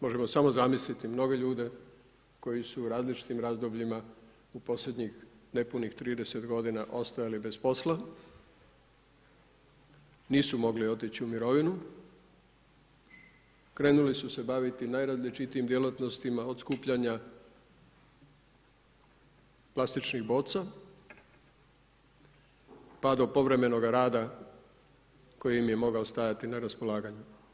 Možemo samo zamisliti mnoge ljude koji su u različitim razdobljima u posljednjih nepunih 30 godina ostajali bez posla, nisu mogli otići u mirovinu, krenuli su se baviti najrazličitijim djelatnostima od skupljanja plastičnih boca, pa do povremenoga rada koji im je mogao stajati na raspolaganju.